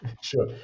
Sure